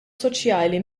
soċjali